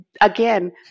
Again